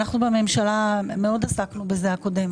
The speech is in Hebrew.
אנחנו בממשלה הקודמת עסקנו בזה.